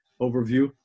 overview